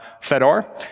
Fedor